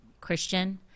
Christian